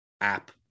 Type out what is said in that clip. app